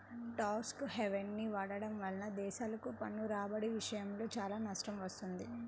tax హెవెన్ని వాడటం వల్ల దేశాలకు పన్ను రాబడి విషయంలో చాలా నష్టం వస్తుంది